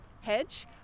hedge